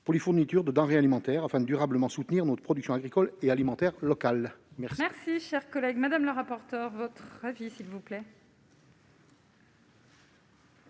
pour les fournitures, de denrées alimentaires enfin durablement soutenir notre production agricole et alimentaire locale. Merci, chers collègue Madame la rapporteure votre avis s'il vous plaît.